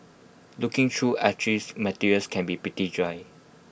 looking through archived materials can be pretty dry